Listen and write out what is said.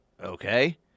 okay